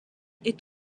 est